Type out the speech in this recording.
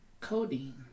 codeine